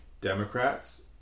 Democrats